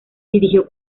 dirigió